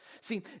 See